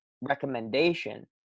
recommendation